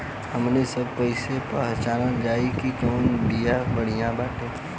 हमनी सभ कईसे पहचानब जाइब की कवन बिया बढ़ियां बाटे?